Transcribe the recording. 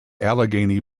allegheny